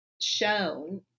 shown